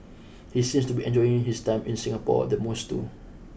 he seems to be enjoying his time in Singapore the most too